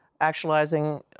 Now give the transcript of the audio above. actualizing